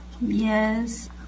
yes